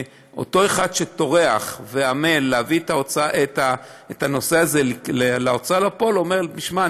שאותו אחד שעמל וטרח להביא את הנושא הזה להוצאה לפועל אומר: תשמע,